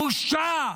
בושה,